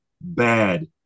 bad